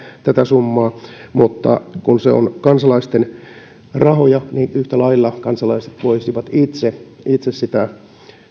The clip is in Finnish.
tätä summaa aktiivisesti käyttävät mutta kun ne ovat kansalaisten rahoja niin yhtä lailla kansalaiset voisivat itse itse sitä